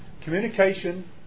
Communication